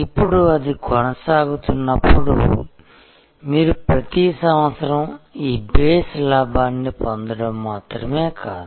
ఇప్పుడు అది కొనసాగుతున్నప్పుడు మీరు ప్రతి సంవత్సరం ఈ బేస్ లాభాన్ని పొందడం మాత్రమే కాదు